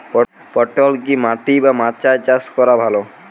পটল কি মাটি বা মাচায় চাষ করা ভালো?